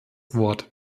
wort